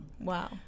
Wow